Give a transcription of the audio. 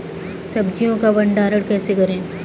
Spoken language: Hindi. सब्जियों का भंडारण कैसे करें?